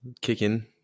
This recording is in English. kicking